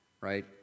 right